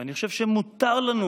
אני חושב שמותר לנו,